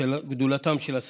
אין ספק,